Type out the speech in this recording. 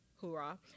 Hoorah